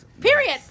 Period